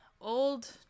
Old